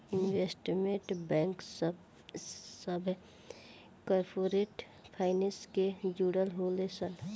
investment bank सभ corporate finance से जुड़ल होले सन